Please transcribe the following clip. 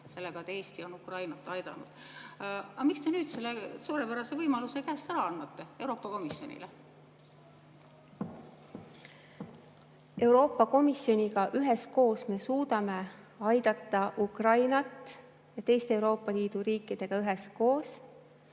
sellega, et Eesti on Ukrainat aidanud. Aga miks te nüüd annate selle suurepärase võimaluse käest, annate selle Euroopa Komisjonile? Euroopa Komisjoniga üheskoos me suudame aidata Ukrainat teiste Euroopa Liidu riikidega üheskoos.